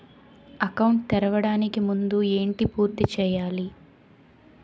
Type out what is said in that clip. Account తెరవడానికి ముందు ఏంటి పూర్తి చేయాలి?